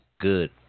Good